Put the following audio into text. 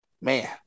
man